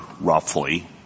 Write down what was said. roughly